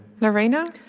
Lorena